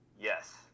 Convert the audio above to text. Yes